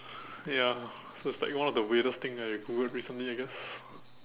ya so it was like one of the weirdest thing that I Googled recently I guess